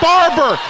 Barber